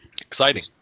exciting